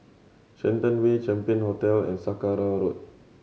Shenton Way Champion Hotel and Saraca Road